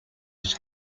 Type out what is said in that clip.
was